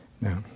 now